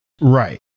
Right